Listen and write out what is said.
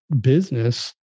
business